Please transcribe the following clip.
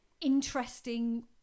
interesting